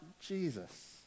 Jesus